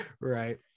right